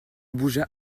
bougea